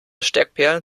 steckperlen